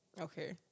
Okay